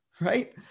right